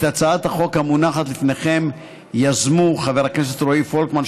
את הצעת החוק המונחת לפניכם יזמו חברי הכנסת רועי פולקמן,